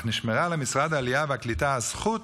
אך נשמרה למשרד העלייה והקליטה הזכות